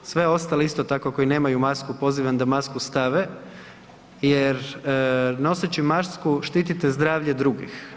Sve ostale isto tako koji nemaju masku pozivam da masku stave jer noseći masku štitite zdravlje drugih.